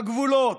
בגבולות,